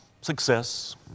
success